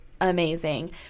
amazing